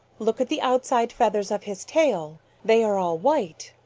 look at the outside feathers of his tail they are all white.